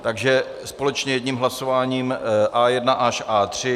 Takže společně jedním hlasováním A1 až A3.